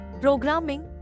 programming